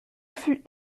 fut